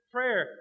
Prayer